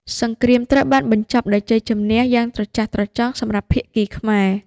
សង្រ្គាមត្រូវបានបញ្ចប់ដោយជ័យជម្នះយ៉ាងត្រចះត្រចង់សម្រាប់ភាគីខ្មែរ។